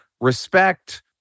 respect